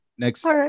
Next